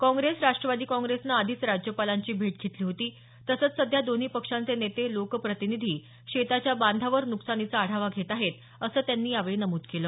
काँग्रेस राष्ट्रवादी काँग्रेसनं आधीच राज्यपालांची भेट घेतली होती तसंच सध्या दोन्ही पक्षांचे नेते लोकप्रतिनिधी शेताच्या बांधावर नुकसानीचा आढावा घेत आहेत असं त्यांनी यावेळी नमूद केलं